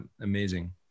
amazing